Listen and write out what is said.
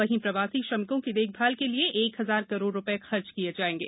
वहीं प्रवासी श्रमिकों की देखभाल के लिये एक हजार कराइ रूपये खर्च किये जायेंगे